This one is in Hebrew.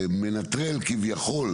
מנטרל כביכול